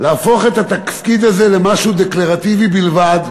להפוך את התפקיד הזה למשהו דקלרטיבי בלבד,